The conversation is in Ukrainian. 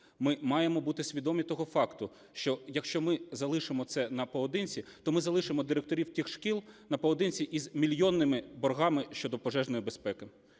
Ми маємо бути свідомі того факту, що якщо ми залишимо це наодинці, то ми залишимо директорів тих шкіл наодинці із мільйонними боргами щодо пожежної безпеки.